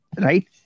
right